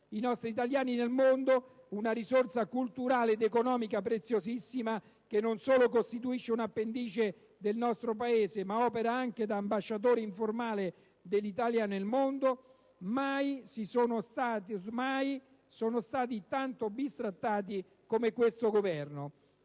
I nostri italiani nel mondo, una risorsa culturale ed economica preziosissima, che non solo costituisce un'appendice del nostro Paese ma opera anche da ambasciatore informale dell'Italia nel mondo, mai sono stati tanto bistrattati come da questo Governo.